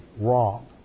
wrong